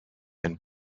and